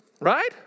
right